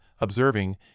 observing